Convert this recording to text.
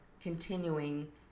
continuing